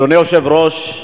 אדוני היושב-ראש,